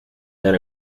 than